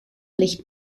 licht